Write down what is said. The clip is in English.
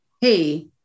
Hey